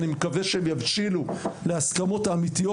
אני מקווה שהן יבשילו להסכמות אמיתיות.